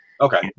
Okay